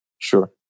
Sure